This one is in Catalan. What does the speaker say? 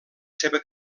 seva